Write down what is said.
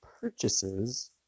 purchases